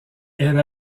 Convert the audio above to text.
elle